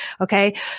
okay